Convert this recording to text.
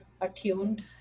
attuned